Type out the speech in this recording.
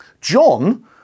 John